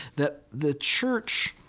that the church,